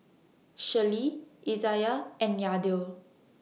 Shirlee Izayah and Yadiel